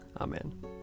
Amen